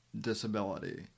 disability